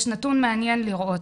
יש נתון מעניין לראות,